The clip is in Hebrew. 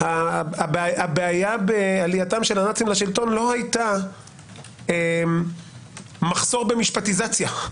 הבעיה בעלייתם של הנאצים לשלטון לא הייתה מחסור במשפטיזציה.